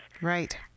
right